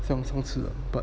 像上次啊 but